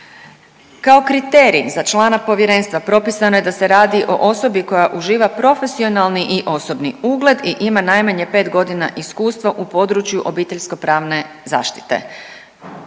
Kao kriterij za člana povjerenstva propisano je da se radi o osobi koja uživa profesionalni i osobni ugled i ima najmanje 5.g. iskustva u području obiteljsko pravne zaštite,